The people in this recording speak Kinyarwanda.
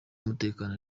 umutekano